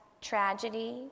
tragedy